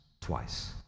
twice